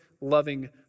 loving